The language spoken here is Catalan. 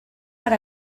per